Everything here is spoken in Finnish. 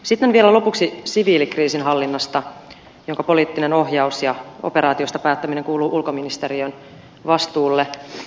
sitten vielä lopuksi siviilikriisinhallinnasta jonka poliittinen ohjaus ja operaatioista päättäminen kuuluu ulkoasiainministeriön vastuulle